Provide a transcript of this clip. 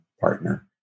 partner